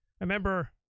remember